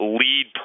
lead